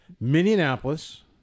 Minneapolis